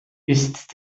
ist